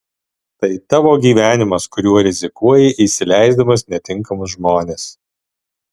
tai tavo gyvenimas kuriuo rizikuoji įsileisdamas netinkamus žmones